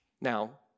Now